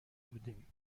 بودیم